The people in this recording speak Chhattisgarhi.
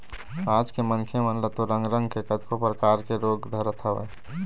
आज के मनखे मन ल तो रंग रंग के कतको परकार के रोग धरत हवय